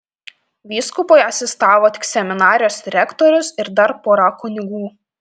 vyskupui asistavo tik seminarijos rektorius ir dar pora kunigų